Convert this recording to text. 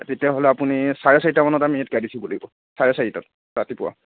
তেতিয়া হ'লে আপুনি চাৰে চাৰিটা মানত আমি ইয়াত গাড়ীত উঠিব লাগিব চাৰে চাৰিটাত ৰাতিপুৱা